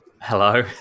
Hello